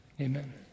amen